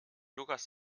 lukas